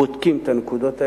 בודקים את הנקודות האלה.